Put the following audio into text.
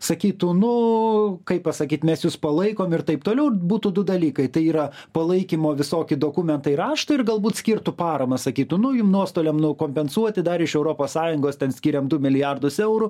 sakytų nu kaip pasakyt mes jus palaikom ir taip toliau būtų du dalykai tai yra palaikymo visoki dokumentai raštai ir galbūt skirtų paramą sakytų nu jum nuostoliam nu kompensuoti dar iš europos sąjungos ten skiriam du milijardus eurų